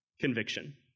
conviction